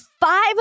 five